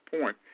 point